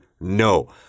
no